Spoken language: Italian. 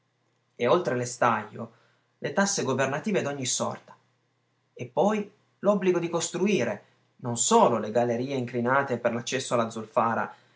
e oltre l'estaglio le tasse governative d'ogni sorta e poi l'obbligo di costruire non solo le gallerie inclinate per l'accesso alla zolfara